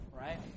right